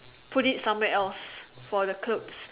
put it somewhere else for the clothes